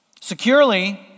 securely